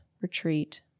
retreat